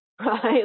right